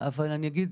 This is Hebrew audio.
אבל אני אגיד